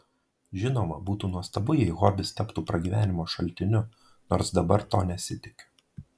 žinoma būtų nuostabu jei hobis taptų pragyvenimo šaltiniu nors dabar to nesitikiu